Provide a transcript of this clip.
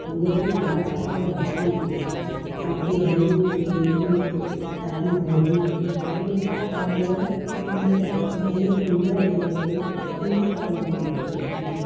તુવેરની દાળ સાથે બાફીએ છીએ સાથે જીરું મેથી ખાટી ભાજી અને પાત્રાના બિચા એને અમે ટિલિયા કહેવાય છે એના ટુકડા પણ નાખીએ છીએ